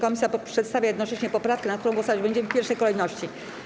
Komisja przedstawia jednocześnie poprawkę, nad którą głosować będziemy w pierwszej kolejności.